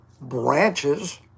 branches